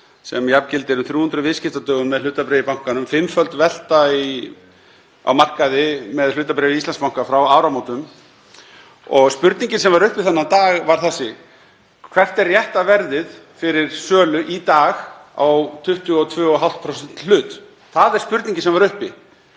sem jafngildir um 300 viðskiptadögum með hlutabréf í bankanum, fimmföld velta á markaði með hlutabréf í Íslandsbanka frá áramótum. Spurningin sem var uppi þennan dag var þessi: Hvert er rétta verðið fyrir sölu í dag á 22,5% hlut? Það er spurningin sem var uppi.